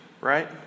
right